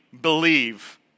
believe